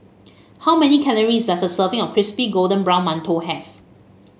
how many calories does a serving of Crispy Golden Brown Mantou have